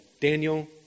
Daniel